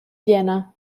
vienna